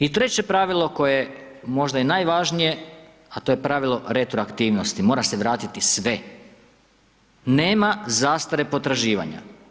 I treće pravilo koje je možda i najvažnije, a to je pravilo retroaktivnosti, mora se vratiti sve, nema zastare potraživanja.